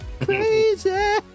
Crazy